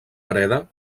breda